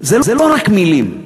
זה לא רק מילים,